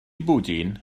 bwdin